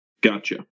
Gotcha